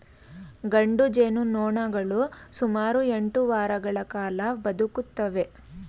ಗಂಡು ಜೇನುನೊಣಗಳು ಸುಮಾರು ಎಂಟು ವಾರಗಳ ಕಾಲ ಬದುಕುತ್ತವೆ